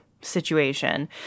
situation